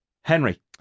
Henry